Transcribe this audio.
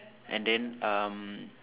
and then um